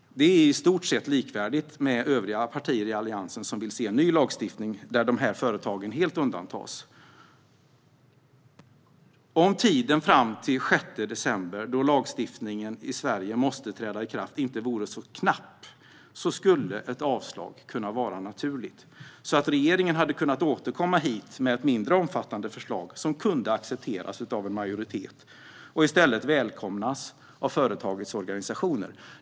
Det är i stort sett likvärdigt med förslagen från övriga partier i Alliansen, som vill se en ny lagstiftning där dessa företag helt undantas. Om tiden fram till den 6 december, då lagstiftningen i Sverige måste träda i kraft, inte vore så knapp skulle ett avslag vara naturligt. Då hade regeringen kunnat återkomma med ett mindre omfattande förslag som kunde accepteras av en majoritet och välkomnas av företagens organisationer.